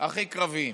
הכי קרביים,